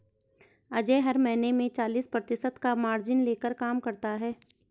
अजय हर महीने में चालीस प्रतिशत का मार्जिन लेकर काम करता है